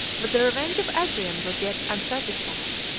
but the revenge of adrian was yet unsatisfied,